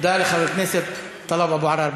תודה לחבר הכנסת טלב אבו עראר.